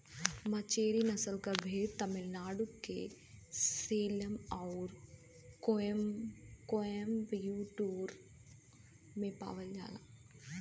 मचेरी नसल के भेड़ तमिलनाडु के सेलम आउर कोयम्बटूर में पावल जाला